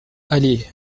allée